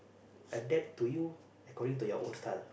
adapt to you according to your own style